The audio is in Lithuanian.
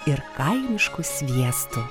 ir kaimišku sviestu